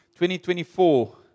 2024